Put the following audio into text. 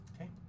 Okay